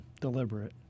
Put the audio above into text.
Deliberate